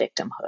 victimhood